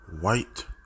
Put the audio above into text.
White